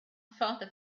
father